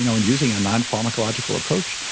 you know in using a nonpharmacological approach,